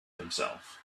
himself